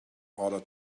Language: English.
order